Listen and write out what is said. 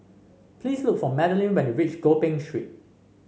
please look for Madelynn when you reach Gopeng Street